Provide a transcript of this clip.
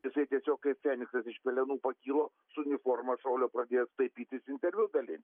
jisai tiesiog kaip feniksas iš pelenų pakyla su uniforma žolę pradėjo staipytis interviu gali